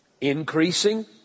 Increasing